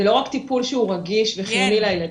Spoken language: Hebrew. זה לא רק טיפול שהוא רגיש וחיוני לילדים,